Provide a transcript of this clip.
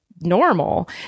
Normal